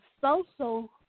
social